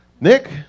Nick